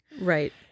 right